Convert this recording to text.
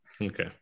Okay